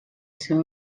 seu